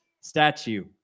statue